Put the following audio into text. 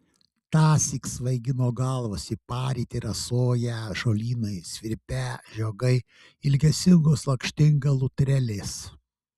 tąsyk svaigino galvas į parytį rasoją žolynai svirpią žiogai ilgesingos lakštingalų trelės